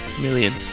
million